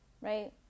right